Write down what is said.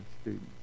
students